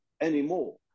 anymore